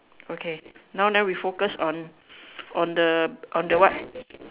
okay now then we focus on on the on the what